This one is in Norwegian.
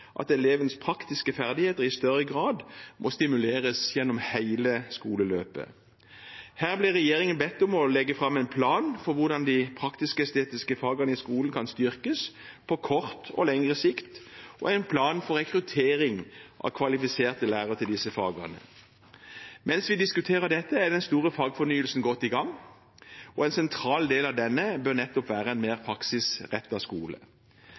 at elevenes praktiske ferdigheter i større grad må stimuleres gjennom hele skoleløpet. Da ble regjeringen bedt om å legge fram en plan for hvordan de praktisk-estetiske fagene kan styrkes på kort og lengre sikt, og en plan for rekruttering av kvalifiserte lærere til disse fagene. Mens vi diskuterer dette, er den store fagfornyelsen godt i gang, og en sentral del av denne bør nettopp være en mer praksisrettet skole.